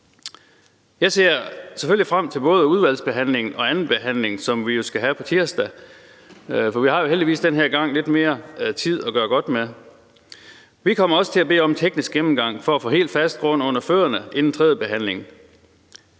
frem til både udvalgsbehandlingen og andenbehandlingen, som vi jo skal have på tirsdag. For vi har jo heldigvis den her gang lidt mere tid at gøre godt med. Vi kommer også til at bede om en teknisk gennemgang for at få helt fast grund under fødderne inden tredjebehandlingen.